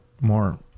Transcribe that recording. more